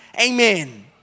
Amen